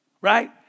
right